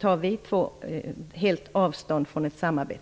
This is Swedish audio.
tar vi två helt avstånd från ett samarbete.